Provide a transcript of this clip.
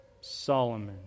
Solomon